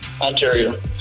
Ontario